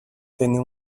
tenía